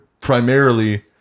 primarily